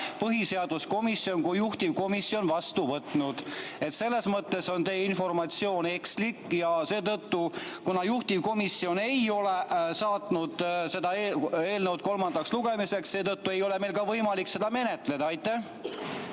põhiseaduskomisjon kui juhtivkomisjon vastu võtnud. Selles mõttes on teie informatsioon ekslik ja seetõttu, kuna juhtivkomisjon ei ole saatnud seda eelnõu kolmandale lugemisele, ei ole meil võimalik seda menetleda. Aitäh,